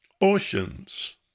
oceans